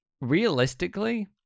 realistically